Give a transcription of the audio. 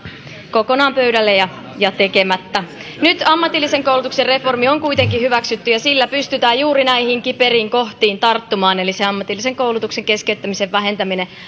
kokonaan pöydälle ja ja tekemättä nyt ammatillisen koulutuksen reformi on kuitenkin hyväksytty ja sillä pystytään juuri näihin kiperiin kohtiin tarttumaan se ammatillisen koulutuksen keskeyttämisen vähentäminen